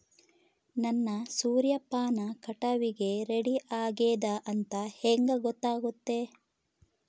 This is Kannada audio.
ನನ್ನ ಸೂರ್ಯಪಾನ ಕಟಾವಿಗೆ ರೆಡಿ ಆಗೇದ ಅಂತ ಹೆಂಗ ಗೊತ್ತಾಗುತ್ತೆ?